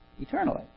eternally